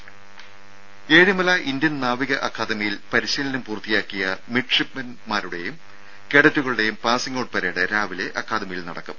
രംഭ Ezhimala Indian നാവിക അക്കാദമിയിൽ പരിശീലനം പൂർത്തിയാക്കിയ മിഡ്ഷിപ്പ്മെൻമാരുടെയും കേഡറ്റുകളുടെയും പാസിങ്ങ് ഔട്ട് പരേഡ് രാവിലെ അക്കാദമിയിൽ നടക്കും